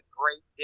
great